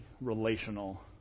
relational